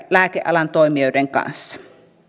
lääkealan toimijoiden kanssa